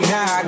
Now